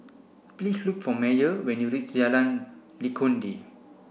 please look for Meyer when you reach Jalan Legundi